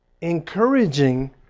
encouraging